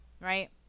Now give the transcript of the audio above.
right